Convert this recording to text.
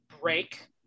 break